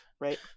Right